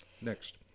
Next